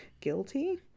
guilty